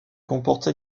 comporte